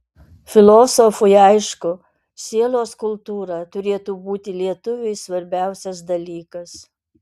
filosofui aišku sielos kultūra turėtų būti lietuviui svarbiausias dalykas